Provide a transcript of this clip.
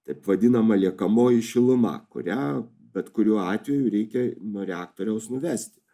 taip vadinama liekamoji šiluma kurią bet kuriuo atveju reikia nuo reaktoriaus nuvesti